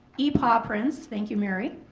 epaw prints. thank you mary.